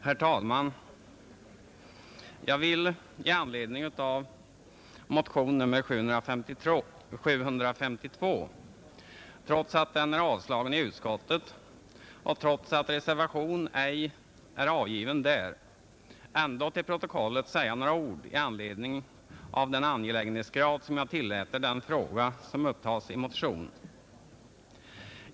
Herr talman! Jag vill i anledning av motion nr 752, trots att den är avstyrkt av utskottet och trots att reservation ej är avgiven där, ändå till protokollet säga några ord i anledning av den angelägenhetsgrad som jag tillmäter den fråga som upptagits i motionen.